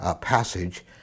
passage